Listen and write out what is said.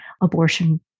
abortion